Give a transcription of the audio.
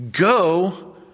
Go